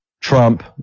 Trump